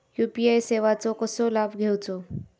UPI सेवाचो कसो लाभ घेवचो?